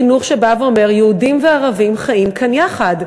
חינוך שבא ואומר: יהודים וערבים חיים כאן יחד,